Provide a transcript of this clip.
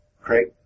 Great